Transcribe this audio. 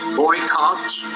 boycotts